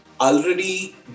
already